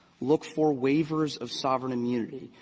look for waivers of sovereign immunity,